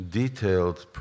detailed